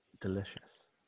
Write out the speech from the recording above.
delicious